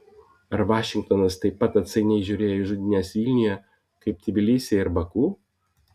ar vašingtonas taip pat atsainiai žiūrėjo į žudynes vilniuje kaip tbilisyje ir baku